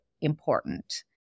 important